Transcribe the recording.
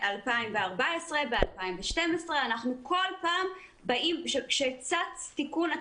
ב-2014, ב-2012, כל פעם כשצף תיקון אנחנו באים.